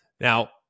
Now